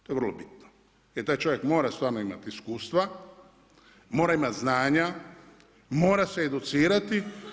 To je vrlo bitno, jer taj čovjek mora stvarno imati iskustva, mora imati znanja, mora se educirati.